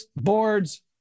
boards